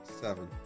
Seven